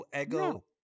ego